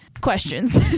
questions